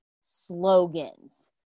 slogans